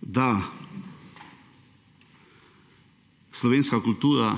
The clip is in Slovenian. da slovenska kultura